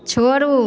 छोड़ू